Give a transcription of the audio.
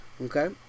Okay